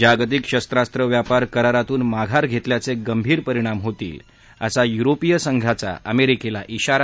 जागतिक शस्त्रास्त्र व्यापार करारातून माघार घेतल्याचे गंभीर परिणाम होतील असा युरोपीय संघाचा अमेरिकेला इशारा